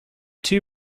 too